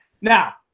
Now